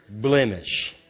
blemish